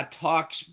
talks